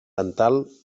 dental